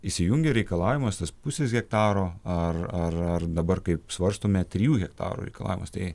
įsijungia reikalavimas tas pusės hektaro ar ar ar dabar kaip svarstome trijų hektarų reikalavimas tai